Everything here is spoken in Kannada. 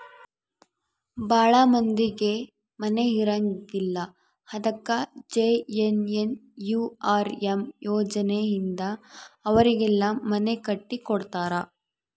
ಭಾಳ ಮಂದಿಗೆ ಮನೆ ಇರಂಗಿಲ್ಲ ಅದಕ ಜೆ.ಎನ್.ಎನ್.ಯು.ಆರ್.ಎಮ್ ಯೋಜನೆ ಇಂದ ಅವರಿಗೆಲ್ಲ ಮನೆ ಕಟ್ಟಿ ಕೊಡ್ತಾರ